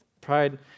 Pride